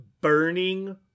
burning